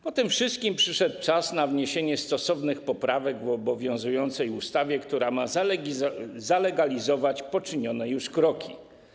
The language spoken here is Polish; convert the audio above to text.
Po tym wszystkim przyszedł czas na wniesienie stosownych poprawek w obowiązującej ustawie, która ma zalegalizować poczynione już kroki.